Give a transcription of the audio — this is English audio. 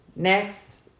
Next